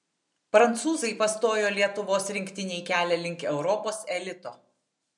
prancūzai pastojo lietuvos rinktinei kelią link europos elito